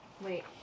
wait